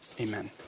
Amen